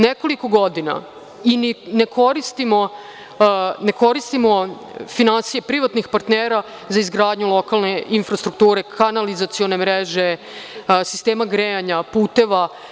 Nekoliko godina mi ne koristimo finansije privatnih partnera za izgradnju lokalne infrastrukture, kanalizacione mreže, sistema grejanja, puteva.